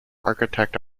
architect